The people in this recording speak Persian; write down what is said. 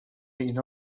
اینا